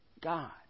God